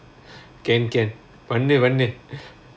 can can பண்ணு பண்ணு:pannu pannu